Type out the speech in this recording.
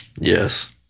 Yes